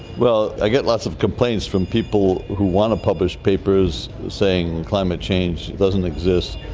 well, i get lots of complaints from people who want to publish papers saying climate change doesn't exist,